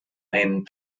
einen